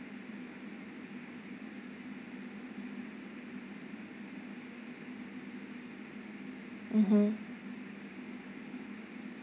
mmhmm